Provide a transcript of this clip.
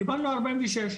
קיבלנו ארבעים ושש,